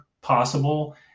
possible